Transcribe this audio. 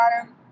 bottom